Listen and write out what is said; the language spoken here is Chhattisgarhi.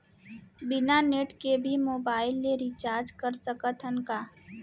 बिना नेट के भी मोबाइल ले रिचार्ज कर सकत हन का?